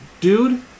dude